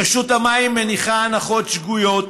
רשות המים מניחה הנחות שגויות,